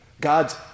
God's